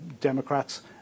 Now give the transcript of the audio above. Democrats